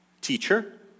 teacher